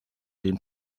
den